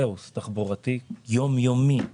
כאוס תחבורתי יום יומי.